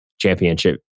championship